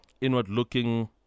inward-looking